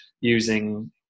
using